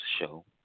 show